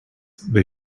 they